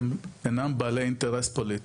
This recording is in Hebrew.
שהם אינם בעלי אינטרס פוליטי,